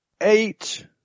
Eight